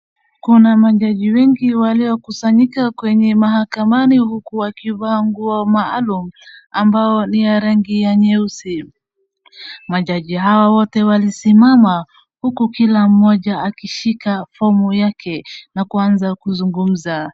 Kuna majaji wengi waliokusanyika kwenye mahakamani huku wakivaa nguo maalum ambayo ni ya rangi nyeusi. Majaji hawa wote walisimama huku kila mmoja akishika fomu yake na kuanza kuzungumza.